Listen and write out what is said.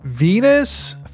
Venus